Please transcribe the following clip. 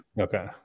okay